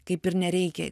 kaip ir nereikia